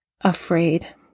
afraid